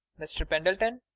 mr. pendleton,